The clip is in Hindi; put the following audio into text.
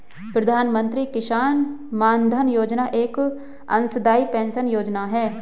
प्रधानमंत्री किसान मानधन योजना एक अंशदाई पेंशन योजना है